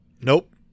Nope